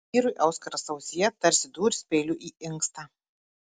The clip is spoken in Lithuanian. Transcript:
vyrui auskaras ausyje tarsi dūris peiliu į inkstą